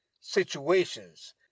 situations